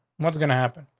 what's gonna happen?